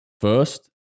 first